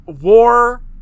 war